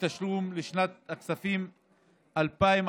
בתשלום לשנת הכספים 2014,